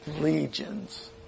legions